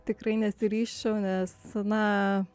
tikrai nesiryžčiau nes na